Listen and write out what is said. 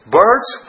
birds